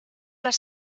les